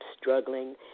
struggling